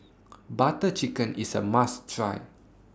Butter Chicken IS A must Try